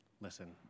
listen